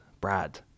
Brad